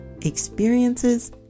experiences